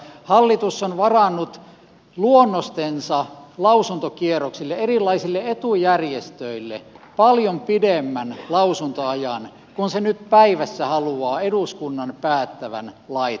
hallitus on varannut luonnostensa lausuntokierroksille erilaisille etujärjestöille paljon pidemmän lausuntoajan kuin että se nyt päivässä haluaa eduskunnan päättävän lait